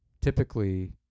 typically